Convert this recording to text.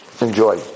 enjoy